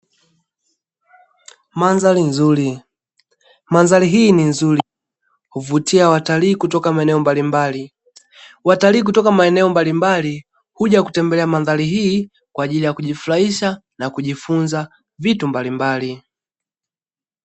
Mandhari nzuri, mandhari hii ni nzuri huvutia watalii kutoka maeneo mbalimbali, watalii kutoka maeneo mbalimbali huja kutembelea mandhari hii kwa ajili ya kujifurahisha na kujifunza vitu mbalimbali.